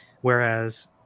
Whereas